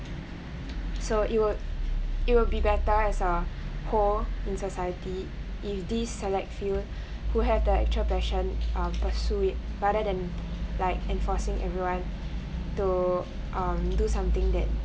so it will it will be better as a whole in society if these select field who have their actual passion uh pursue it rather than like enforcing everyone to um do something that